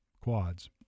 quads